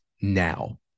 now